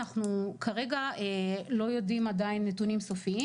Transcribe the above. אנחנו לא יודעים עדיין נתונים סופיים